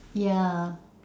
yeah